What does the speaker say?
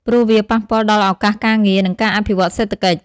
ព្រោះវាប៉ះពាល់ដល់ឱកាសការងារ និងការអភិវឌ្ឍសេដ្ឋកិច្ច។